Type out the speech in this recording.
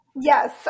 yes